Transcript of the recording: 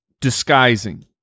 disguising